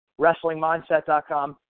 WrestlingMindset.com